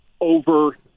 over